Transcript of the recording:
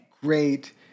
great